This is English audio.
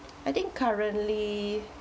I think currently